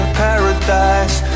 paradise